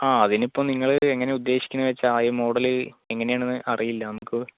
ആ അതിനിപ്പോൾ നിങ്ങൾ എങ്ങനെ ഉദ്ദേശിക്കുന്നത് വെച്ചാൽ ആ മോഡൽ എങ്ങനെയാണെന്ന് അറിയില്ല നമുക്ക്